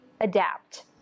adapt